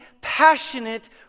passionate